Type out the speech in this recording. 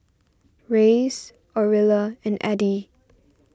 Reyes Aurilla and Addie